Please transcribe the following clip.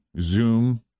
Zoom